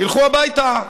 ילכו הביתה.